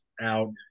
out